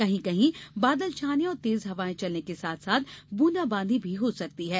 कहीं कहीं बादल छाने और तेज हवाएं चलने के साथ साथ ब्रूदाबांदी भी हो सकती है